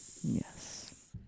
Yes